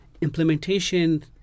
implementation